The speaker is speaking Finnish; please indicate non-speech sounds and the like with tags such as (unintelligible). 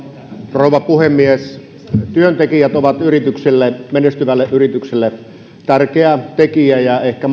rouva puhemies työntekijät ovat menestyvälle yritykselle tärkeä tekijä ja ehkä (unintelligible)